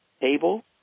table